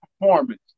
performance